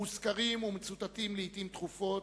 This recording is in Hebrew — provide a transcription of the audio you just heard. מאוזכרים ומצוטטים לעתים תכופות,